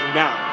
now